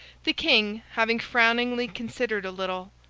the king, having frowningly considered a little,